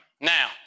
Now